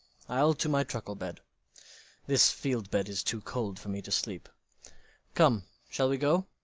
i'll to my truckle-bed this field-bed is too cold for me to sleep come, shall we go?